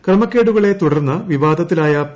ക്രമക്കേടുകളെ തുടർന്ന് വിവാദത്തിലായ പി